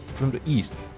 from the east,